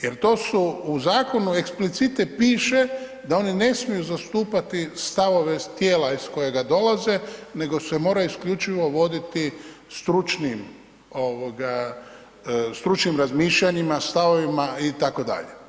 Jer to su u zakonu explicite piše da oni ne smiju zastupati stavove tijela iz kojega dolaze nego se moraju isključivo voditi stručnim razmišljanjima, stavovima itd.